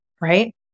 right